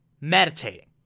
Meditating